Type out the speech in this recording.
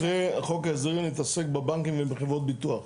אחרי חוק ההסדרים נתעסק עם הבנקים וחברות הביטוח.